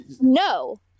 no